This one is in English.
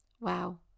Wow